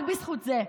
רק בזכות זה.